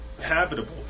habitable